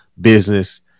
business